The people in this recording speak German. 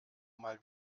mal